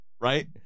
Right